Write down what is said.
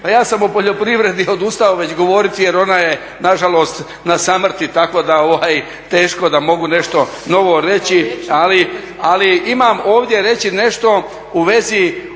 Pa ja sam o poljoprivredi odustao već govoriti jer ona nažalost na samrti tako da teško da mogu nešto novo reći, ali imam ovdje reći nešto u vezi